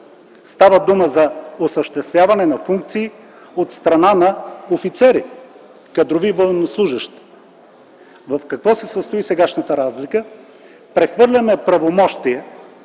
Става дума за осъществяване на функции от страна на офицери, кадрови военнослужещи. В какво се състои сегашната разлика? Прехвърляме правомощия